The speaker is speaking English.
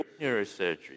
neurosurgery